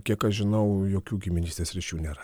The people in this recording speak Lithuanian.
kiek aš žinau jokių giminystės ryšių nėra